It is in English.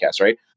right